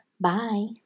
Bye